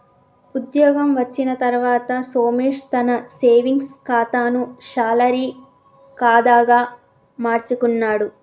ఉద్యోగం వచ్చిన తర్వాత సోమేశ్ తన సేవింగ్స్ కాతాను శాలరీ కాదా గా మార్చుకున్నాడు